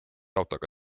autoga